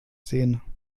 sehen